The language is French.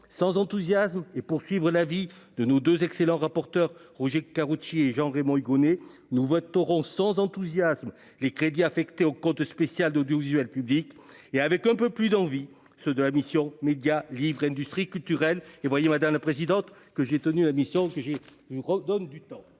sans enthousiasme et suivre l'avis de nos 2 excellents rapporteurs Roger Karoutchi et Jean-Raymond Hugonet nous voterons sans enthousiasme les crédits affectés au compte spécial d'audiovisuel public et avec un peu plus d'envie, ceux de la mission Médias livre et industries culturelles et vous voyez madame la présidente, que j'ai tenus la mission que j'ai rock donne du temps.